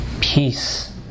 peace